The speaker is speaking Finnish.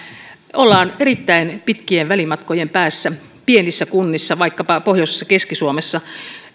ollaan erittäin pitkien välimatkojen päässä pienissä kunnissa vaikkapa pohjoisessa keski suomessa